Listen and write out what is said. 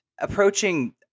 approaching